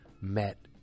met